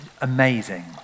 amazing